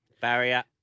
Barrier